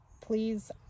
please